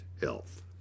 Health